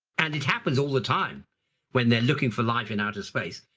and it happens all the time when they're looking for life in outer space.